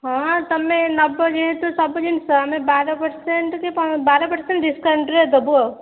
ହଁ ତୁମେ ନେବ ଯେହେତୁ ସବୁ ଜିନିଷ ଆମେ ବାର ପର୍ସେଣ୍ଟ୍ କି ବାର ପର୍ସେଣ୍ଟ୍ ଡ଼ିସ୍କାଉଣ୍ଟ୍ରେ ଦେବୁ ଆଉ